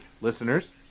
listeners